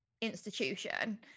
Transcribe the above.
institution